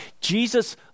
Jesus